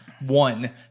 one